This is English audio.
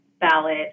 ballot